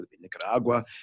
Nicaragua